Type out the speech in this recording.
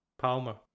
Palmer